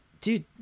dude